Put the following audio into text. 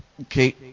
okay